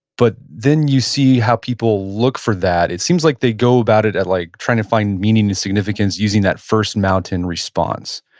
but then you see how people look for that. it seems like they go about it like trying to find meaning and significance using that first mountain response.